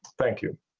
thank you